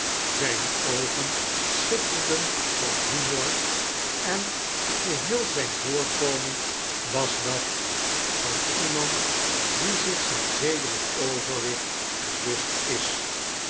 zijne oogen schitterden van humor en geheel zijn voorkomen was dat van iemand die zich zijn zedelijk overwicht bewust is